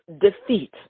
defeat